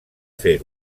fer